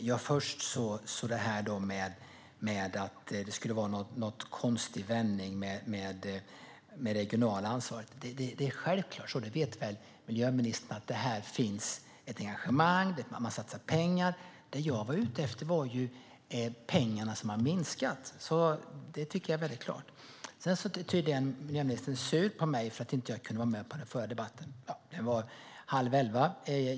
Herr talman! När det gäller att det skulle vara en konstig vändning med det regionala ansvaret är det självklart - det vet väl miljöministern - att det finns engagemang och att man satsar pengar. Det jag var ute efter var pengarna som har minskat. Tydligen är miljöministern sur på mig för att jag inte kunde vara med i den förra debatten. Den var halv elva.